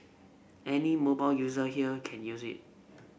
any mobile user here can use it